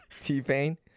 T-Pain